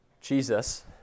Jesus